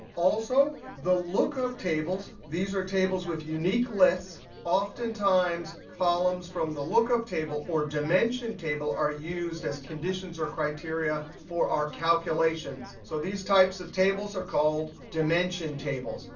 also, the lookup tables these are tables with unique lists oftentimes columns from the lookup table, or dimension table are used as conditions or criteria for our calculations. so these types of tables are called dimension tables.